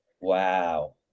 wow